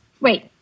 wait